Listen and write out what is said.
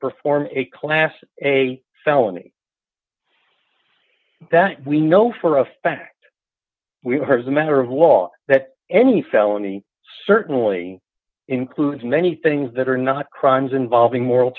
perform a class a felony that we know for a fact we heard as a matter of law that any felony certainly includes many things that are not crimes involving moral